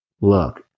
look